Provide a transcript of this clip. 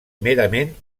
merament